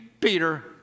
Peter